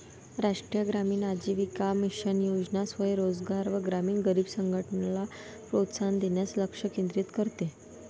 राष्ट्रीय ग्रामीण आजीविका मिशन योजना स्वयं रोजगार व ग्रामीण गरीब संघटनला प्रोत्साहन देण्यास लक्ष केंद्रित करते